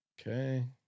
Okay